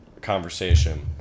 conversation